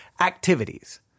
activities